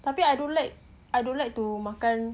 tapi I don't like I don't like to makan